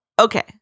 Okay